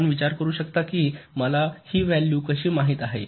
आपण विचारू शकता की मला ही व्हॅल्यू कशी माहित आहेत